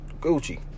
Gucci